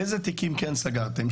איזה תיקים כן סגרתם?